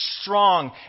strong